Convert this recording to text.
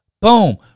boom